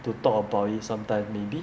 to talk about it sometimes maybe